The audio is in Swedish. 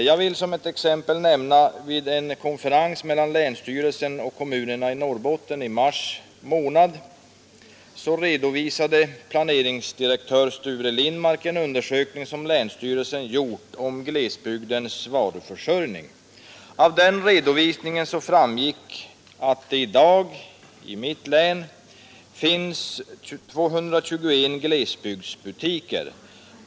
Jag vill som exempel nämna att vid en konferens mellan länsstyrelsen och kommunerna i Norrbotten i mars månad redovisade planeringsdirektör Sture Lindmark en undersökning som länsstyrelsen gjort om glesbygdens varuförsörjning. Av den redovisningen framgick att det i dag i Norrbottens län finns 221 glesbygdsbutiker.